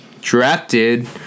drafted